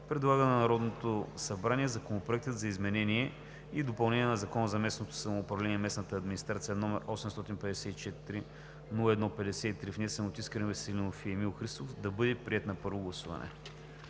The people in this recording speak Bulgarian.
предлага на Народното събрание Законопроект за изменение и допълнение на Закона за местното самоуправление и местната администрация, № 854-01-53, внесен от Искрен Веселинов и Емил Христов, да бъде приет на първо гласуване.“